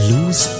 Lose